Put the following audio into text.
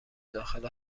داخل